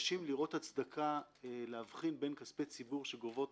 מתקשים לראות הצדקה להבחין בין כספי ציבור שגובות